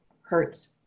hurts